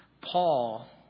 Paul